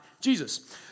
Jesus